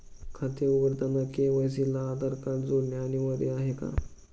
खाते उघडताना के.वाय.सी ला आधार कार्ड जोडणे अनिवार्य आहे का?